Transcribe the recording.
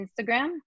Instagram